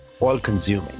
all-consuming